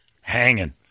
hanging